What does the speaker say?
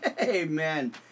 amen